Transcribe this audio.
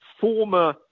former